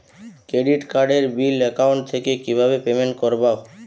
Credit কার্ডের bill account থেকে কিভাবে পেমেন্ট করবো?